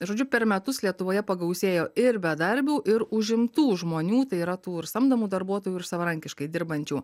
žodžiu per metus lietuvoje pagausėjo ir bedarbių ir užimtų žmonių tai yra tų ir samdomų darbuotojų ir savarankiškai dirbančių